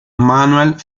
manuel